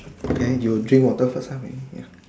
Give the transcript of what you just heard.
okay you drink water first ah ya